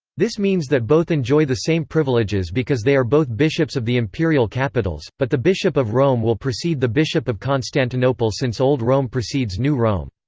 this means that both enjoy the same privileges because they are both bishops of the imperial capitals, but the bishop of rome will precede the bishop of constantinople since old rome precedes new rome.